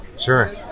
sure